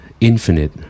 infinite